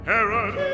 Herod